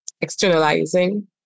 externalizing